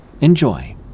Enjoy